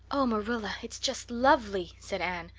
oh, marilla, it's just lovely, said anne.